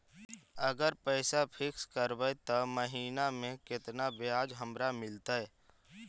अगर पैसा फिक्स करबै त महिना मे केतना ब्याज हमरा मिलतै?